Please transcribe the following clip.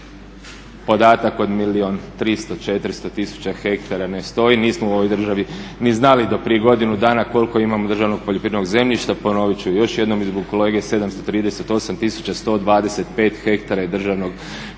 podatak od milijun 300, 400 tisuća hektara ne stoji. Nismo u ovoj državi ni znali do prije godinu dana koliko imamo državnog poljoprivrednog zemljišta. ponovit ću još jednom i zbog kolege, 738 tisuća 125 hektara je državnog poljoprivrednog zemljišta